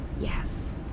yes